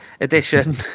edition